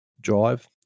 drive